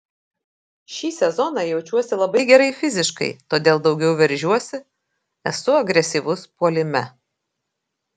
šį sezoną jaučiuosi labai gerai fiziškai todėl daugiau veržiuosi esu agresyvus puolime